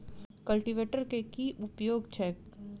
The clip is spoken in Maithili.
कल्टीवेटर केँ की उपयोग छैक?